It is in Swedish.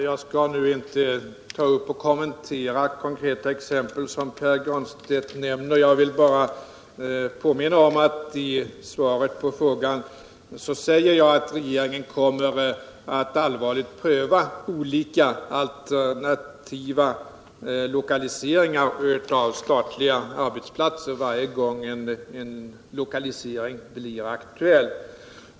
Herr talman! Jag skall inte kommentera konkreta exempel som Pär Granstedt nämner, utan jag vill bara påminna om att jag i svaret på frågan säger att regeringen kommer att allvarligt pröva alternativa lokaliseringar av statliga arbetsplatser varje gång en lokalisering blir aktuell.